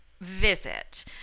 Visit